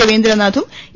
രവീന്ദ്ര നാഥും ഇ